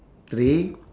three